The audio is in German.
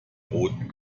roten